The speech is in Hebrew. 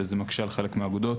וזה מקשה על חלק מהעבודות.